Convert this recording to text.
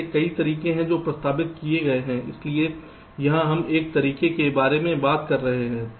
ऐसे कई तरीके हैं जो प्रस्तावित किए गए हैं इसलिए यहां हम एक तरीके के बारे में बता रहे हैं